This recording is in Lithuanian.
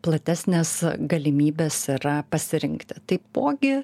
platesnės galimybės yra pasirinkti taipogi